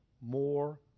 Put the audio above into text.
more